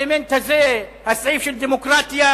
האלמנט הזה, הסעיף של דמוקרטיה,